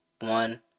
one